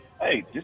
hey